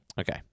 Okay